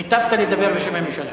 היטבת לדבר בשם הממשלה.